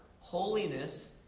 holiness